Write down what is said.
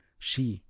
she,